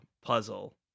puzzle